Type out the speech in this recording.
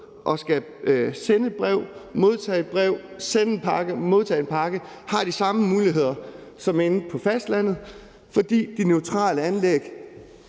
og skal sende et brev eller modtage et brev eller sende en pakke eller modtage en pakke, har de samme muligheder som inde på fastlandet, fordi posten